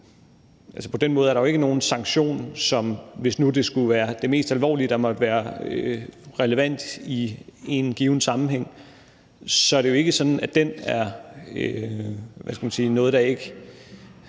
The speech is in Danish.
På den måde er der jo ikke nogen sanktion, som, hvis nu det skulle være det mest alvorlige, der måtte være relevant i en given sammenhæng, ikke kommer til at ske, fordi